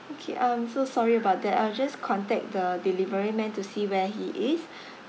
okay I'm so sorry about that I will just contact the delivery man to see where he is